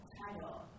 title